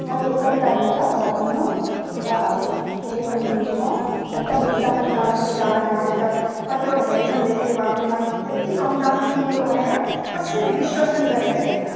कहिले कहिले टाइम हुन्छ मलाई भन्नु र हामीरू फेरि पनि किन्छु म एकदम धुँदा पनि कलर पनि जाँदैन मैले त कतिवटा हेरेको पनि देखेको थिएँ बाफरे मान् यति कम दाममा किनेको भनेर कसैले विश्वास पनि गरेको छैन